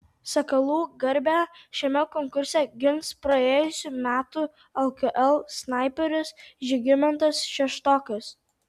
sakalų garbę šiame konkurse gins praėjusių metų lkl snaiperis žygimantas šeštokas